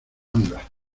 anda